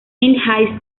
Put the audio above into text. high